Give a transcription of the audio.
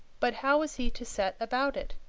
but how was he to set about it?